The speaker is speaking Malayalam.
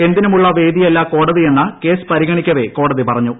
എന്തിനുമുള്ള വേദിയല്ല കോടതിയെന്ന് കേസ് പരഗണിക്കവെ കോടതി പറഞ്ഞു